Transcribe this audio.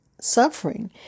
suffering